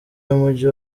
y’umujyi